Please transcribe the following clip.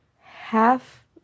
Half